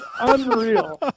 unreal